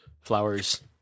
flowers